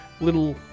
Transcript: little